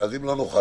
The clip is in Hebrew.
אז אם לא נוכל,